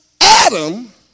Adam